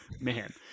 man